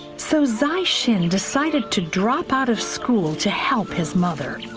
so zai zin decided to drop out of school to help his mother.